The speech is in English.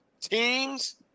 teams